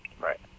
Right